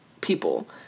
people